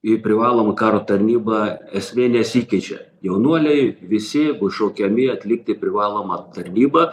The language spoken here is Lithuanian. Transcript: į privalomą karo tarnybą esmė nesikeičia jaunuoliai visi bus šaukiami atlikti privalomą tarnybą